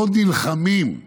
לא נלחמים.